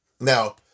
Now